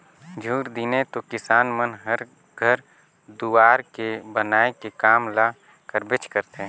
झूर दिने तो किसान मन हर घर दुवार के बनाए के काम ल करबेच करथे